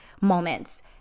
moments